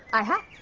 i have!